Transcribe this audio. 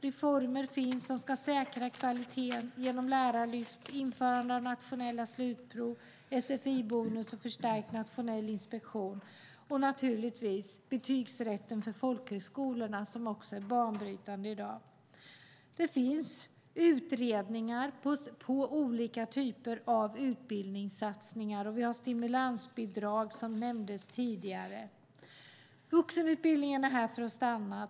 Reformer har gjorts som ska säkra kvaliteten genom lärarlyft, införande av nationella slutprov, sfi-bonus, förstärkt nationell inspektion och naturligtvis betygsrätten för folkhögskolorna, som är banbrytande i dag. Det finns utredningar om olika typer av utbildningssatsningar. Vi har stimulansbidrag, som nämndes tidigare. Vuxenutbildningen är här för att stanna.